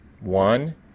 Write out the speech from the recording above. One